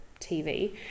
tv